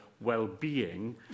well-being